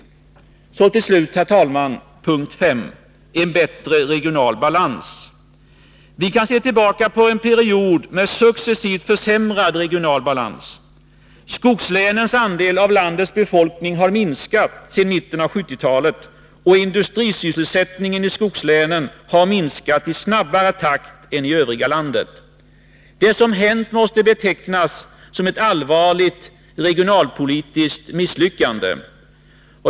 Till slut, herr talman, den femte punkten: En bättre regional balans. Vi kan se tillbaka på en period med successivt försämrad regional balans. Skogslänens andel av landets befolkning har minskat sedan mitten av 1970-talet. Industrisysselsättningen i skogslänen har minskat i snabbare takt än i övriga landet. Det som hänt måste betecknas som ett allvarligt regionalpolitiskt misslyckande.